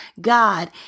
God